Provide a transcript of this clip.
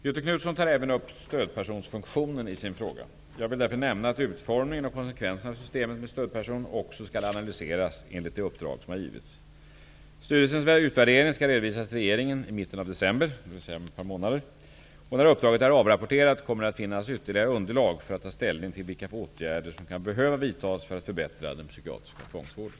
Göthe Knutson tar även upp stödpersonsfunktionen i sin fråga. Jag vill därför nämna att utformningen och konsekvenserna av systemet med stödperson också skall analyseras enligt det uppdrag som givits. Socialstyrelsens utvärdering skall redovisas till regeringen i mitten av december, dvs. om ett par månader. När uppdraget är avrapporterat kommer det att finnas ytterligare underlag för att ta ställning till vilka åtgärder som kan behöva vidtas för att förbättra den psykiatriska tvångsvården.